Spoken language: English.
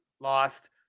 lost